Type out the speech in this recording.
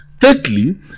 Thirdly